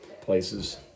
places